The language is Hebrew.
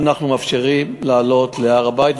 אנחנו מאפשרים לעלות להר-הבית,